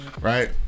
right